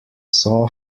saw